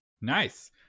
nice